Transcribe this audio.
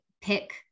pick